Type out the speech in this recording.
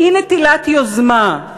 באי-נטילת יוזמה,